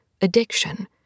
addiction